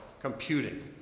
computing